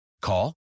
Call